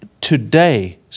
Today